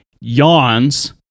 yawns